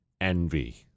envy